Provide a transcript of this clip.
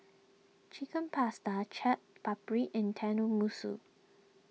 Chicken Pasta Chaat Papri and Tenmusu